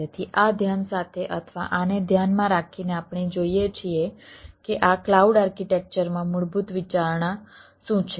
તેથી આ ધ્યાન સાથે અથવા આને ધ્યાનમાં રાખીને આપણે જોઈએ છીએ કે આ ક્લાઉડ આર્કિટેક્ચરમાં મૂળભૂત વિચારણા શું છે